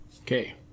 okay